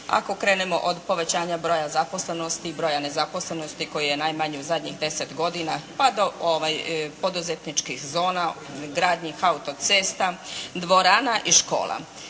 ako krenemo od povećanja broja zaposlenosti i broja nezaposlenosti koji je najmanji u zadnjih 10 godina pa do poduzetničkih zona, gradnji autocesta, dvorana i škola.